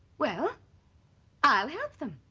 well i help them.